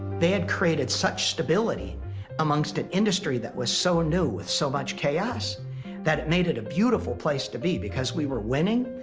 they had created such stability amongst an industry that was so new with so much chaos that it made it a beautiful place to be because we were winning.